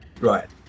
Right